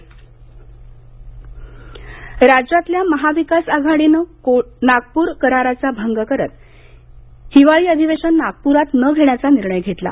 चंद्रशेखर बावनकळे राज्यातल्या महाविकास आघाडीनं नागपूर कराराचा भंग करत हिवाळी अधिवेशन नागप्रात न घेण्याचा निर्णय घेतला